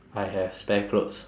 I have spare clothes